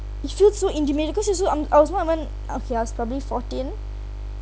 I feel so intimidated because I was so um I wasn't even I mean uh ya I was probably fourteen